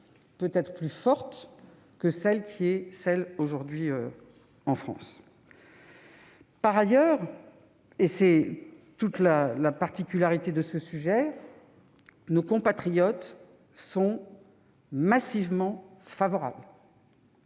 peut-être plus fortes que celles que connaît la France. Par ailleurs, et c'est toute la particularité de ce sujet, nos compatriotes sont massivement favorables